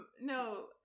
No